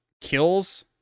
kills